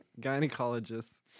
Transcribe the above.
Gynecologists